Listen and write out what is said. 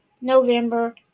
November